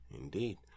Indeed